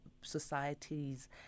societies